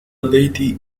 بيتي